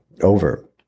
over